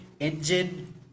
engine